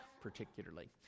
particularly